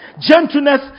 gentleness